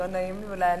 לא נעים לי אולי,